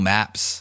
Maps